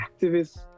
activist